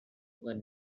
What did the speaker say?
were